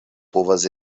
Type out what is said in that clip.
povas